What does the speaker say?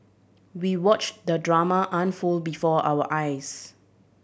we watched the drama unfold before our eyes